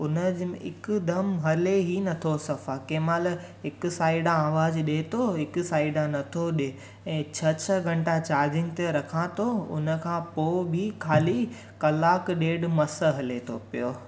उन जे में इकदमि हले ई नथो सफ़ा कंहिं महिल इकु साइडां आवाज़ु ॾे थो हिकु साइडां नथो ॾे ऐं छह छह घंटा चार्जिंग ते रखां तो उन खां पोइ बि ख़ाली कलाकु ॾेढि मस हले थो पियो